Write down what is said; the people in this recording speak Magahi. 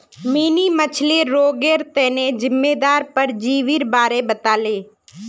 मिनी मछ्लीर रोगेर तना जिम्मेदार परजीवीर बारे बताले